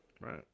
Right